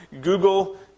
Google